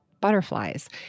butterflies